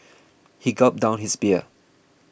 he gulped down his beer